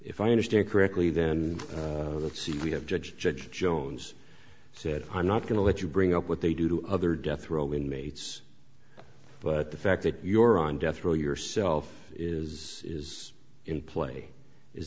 if i understand correctly then let's see we have judge judge jones said i'm not going to let you bring up what they do to other death row inmates but the fact that your on death row yourself is is in play is